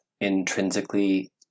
intrinsically